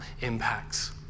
impacts